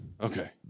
Okay